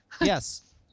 Yes